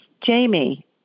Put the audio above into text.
Jamie